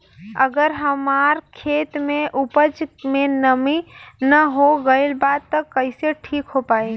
अगर हमार खेत में उपज में नमी न हो गइल बा त कइसे ठीक हो पाई?